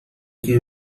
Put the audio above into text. que